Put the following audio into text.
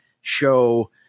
show